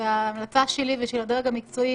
וההמלצה שלי ושל הדרג המקצועי,